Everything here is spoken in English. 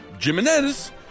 Jimenez